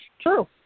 True